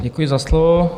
Děkuji za slovo.